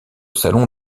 salon